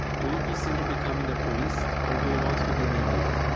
do you consider becoming a priest or do you want to be married?